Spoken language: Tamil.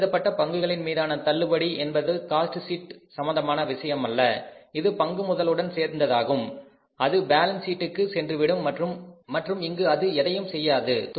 போக்கெழுதப்பட்ட பங்குகளின் மீதான தள்ளுபடி என்பது காஸ்ட் ஷீட் சம்பந்தமான விஷயமல்ல அது பங்கு முதலுடன் சேர்ந்ததாகும் அது பேலன்ஸ் சீட்டுக்கு சென்றுவிடும் மற்றும் இங்கு அது எதையும் செய்யாத